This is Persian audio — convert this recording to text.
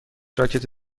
راکت